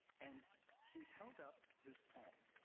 and he held up his palm,